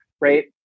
right